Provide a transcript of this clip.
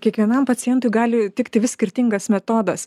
kiekvienam pacientui gali tikti vis skirtingas metodas